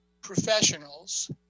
Professionals